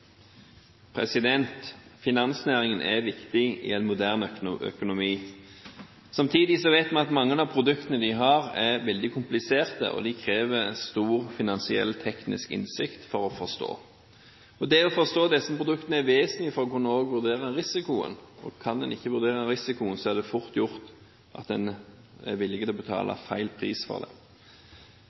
viktig i en moderne økonomi. Samtidig vet vi at mange av produktene de har, er veldig kompliserte, og det krever stor finansiell teknisk innsikt å forstå dem. Det å forstå disse produktene er vesentlig for å kunne vurdere risikoen. Kan en ikke vurdere risikoen, er det fort gjort at en er villig til å betale feil pris for dem. De siste årene har vi sett at flere kompliserte produkt er til salgs til vanlige forbrukere. Det